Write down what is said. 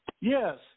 Yes